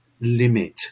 limit